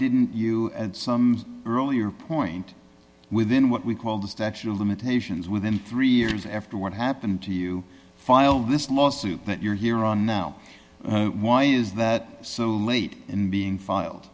didn't you at some earlier point within what we call the statute of limitations within three years after what happened to you file this lawsuit that you're here on now why is that so late in being filed